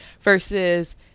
Versus